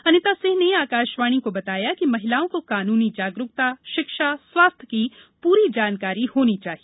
अनिता सिंह ने आकाशवाणी को बताया कि महिलाओं को कानूनी जागरूकता शिक्षा स्वास्थ्य की पूरी जानकारी होनी चाहिए